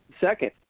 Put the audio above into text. Second